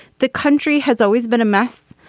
the country has always been a mess.